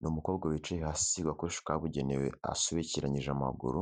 Ni umukobwa wicaye hasi ku gakoresho kabugenewe asobekeranyije amaguru,